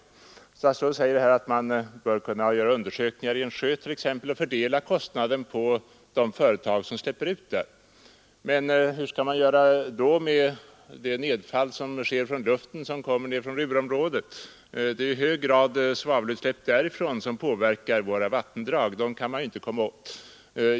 Statsrådet säger att man t.ex. bör kunna göra undersökningar i en sjö och fördela kostnaden på de företag som gör utsläpp i den. Men hur skall man göra med nedfallet från luften av föroreningar som kommer från t.ex. Ruhrområdet? Det är i hög grad svavelutsläpp därifrån som påverkar våra vattendrag, och dem kan man inte komma åt.